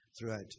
throughout